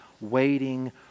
Waiting